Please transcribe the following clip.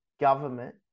government